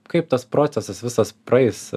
kaip tas procesas visas praeis